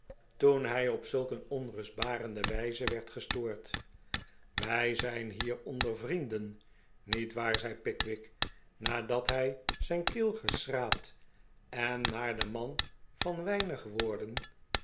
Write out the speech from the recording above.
toen hij op zulk een onrustbarende wijze werd gestoord wij zijn hier onder vrienden niet waar zei pickwick nadat hij zijn keel geschraapt en naar den man van weinig woorden